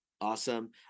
Awesome